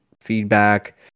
feedback